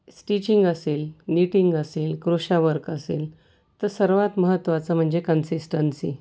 stitching असेल knitting असेल crochet work असेल तर सर्वात महत्त्वाचं म्हणजे कन्सिस्टन्सी